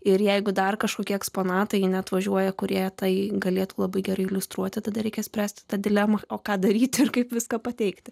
ir jeigu dar kažkokie eksponatai neatvažiuoja kurie tai galėtų labai gerai iliustruoti tada reikia spręsti tą dilemą o ką daryti ir kaip viską pateikti